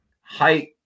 height